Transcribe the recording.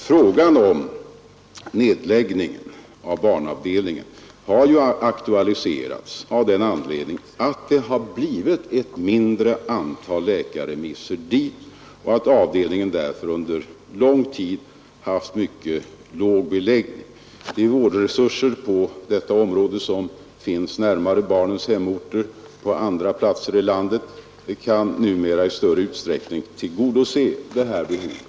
Frågan om nedläggningen av barnavdelningen har aktualiserats av att det blivit ett mindre antal läkarremisser dit och att avdelningen därför under lång tid haft mycket låg beläggning. De vårdresurser på detta område som finns närmare barnens hemorter på andra platser i landet kan numera i större utsträckning tillgodose behovet.